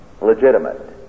legitimate